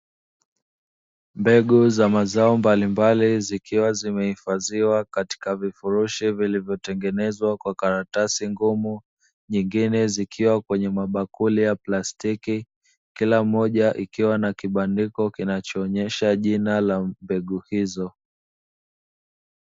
Mbegu za mazao mbalimbali zikiwa zimehifadhiwa katika vifurushi vilivyo tengenezwa kwa karatasi ngumu, nyingine zikiwa kwenye mabakuli ya plastiki kila moja ikiwa na kibandiko kinacho onyesha jina la mbegu hizo.